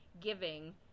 giving